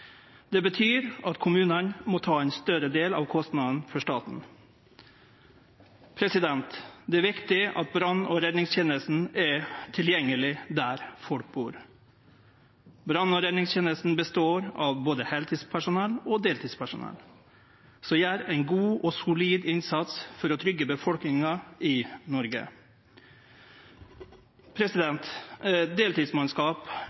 Det betyr at kommunane må ta ein større del av kostnadene for staten. Det er viktig at brann- og redningstenesta er tilgjengeleg der folk bur. Brann- og redningstenesta består av både heiltidspersonell og deltidspersonell som gjer ein god og solid innsats for å tryggje befolkninga i Noreg.